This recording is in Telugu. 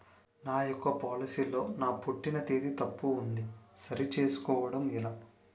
నా యెక్క పోలసీ లో నా పుట్టిన తేదీ తప్పు ఉంది సరి చేసుకోవడం ఎలా?